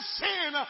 sin